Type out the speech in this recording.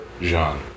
Jean